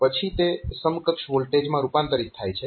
પછી તે સમકક્ષ વોલ્ટેજમાં રૂપાંતરીત થાય છે